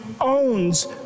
owns